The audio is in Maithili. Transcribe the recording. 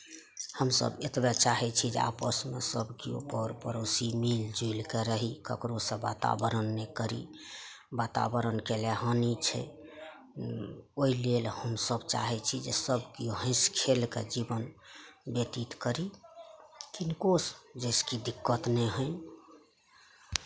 हमसभ एतबय चाहै छी जे आपसमे सभ कियो पर पड़ोसी मिलि जुलि कऽ रही ककरोसँ वातावरण नहि करी वातावरण कयने हानि छै ओहि लेल हमसभ चाहै छी जे सभ कियो हँसि खेलि कऽ जीवन व्यतीत करी किनकोसँ जाहिसँ कि दिक्कत नहि होइन्ह